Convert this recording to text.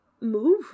move